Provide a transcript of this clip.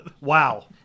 wow